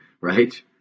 Right